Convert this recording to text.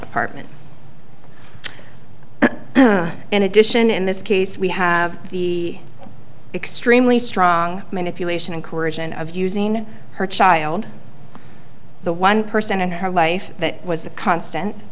apartment in addition in this case we have the extremely strong manipulation incursion of using her child the one person in her life that was the constant